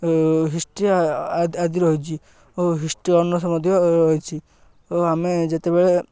ଓ history ଆଦି ରହିଛି ଓ ହିଷ୍ଟ୍ରି ଅନର୍ସ ମଧ୍ୟ ରହିଛି ଓ ଆମେ ଯେତେବେଳେ